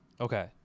Okay